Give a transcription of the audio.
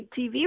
TV